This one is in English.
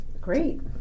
Great